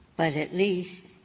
but at least